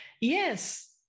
Yes